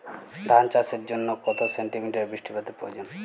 ধান চাষের জন্য কত সেন্টিমিটার বৃষ্টিপাতের প্রয়োজন?